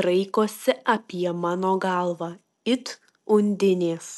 draikosi apie mano galvą it undinės